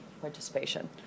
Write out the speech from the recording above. participation